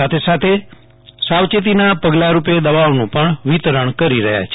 સાથે સાથે સાવચેતીના પગલારૂપે દવાઓનું પણ વિતરણ કરી રહ્યા છે